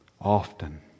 often